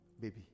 baby